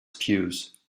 pews